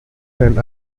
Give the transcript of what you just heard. and